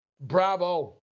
bravo